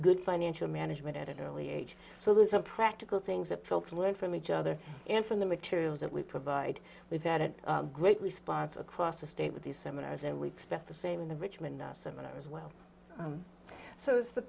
good financial management at an early age so there's a practical things that folks learn from each other and from the materials that we provide we've got it great response across the state with these seminars and we expect the same in the richmond us women as well so as the